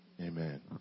Amen